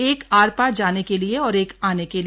एक आर पार जाने के लिए और एक आने के लिए